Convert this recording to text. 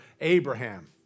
Abraham